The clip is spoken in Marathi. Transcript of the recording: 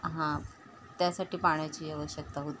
हां त्यासाठी पाण्याची आवश्यकता होती